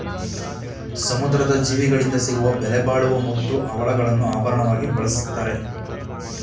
ಸಮುದ್ರದ ಜೀವಿಗಳಿಂದ ಸಿಗುವ ಬೆಲೆಬಾಳುವ ಮುತ್ತು, ಹವಳಗಳನ್ನು ಆಭರಣವಾಗಿ ಬಳ್ಸತ್ತರೆ